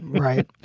right.